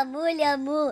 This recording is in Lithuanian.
mamule mū